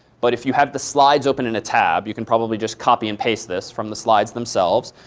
but if you have the slides open in a tab, you can probably just copy and paste this from the slides themselves.